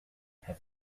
have